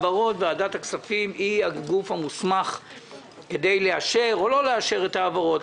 ועדת הכספים היא הגוף המוסמך לאשר או לא לאשר את ההעברות,